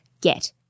get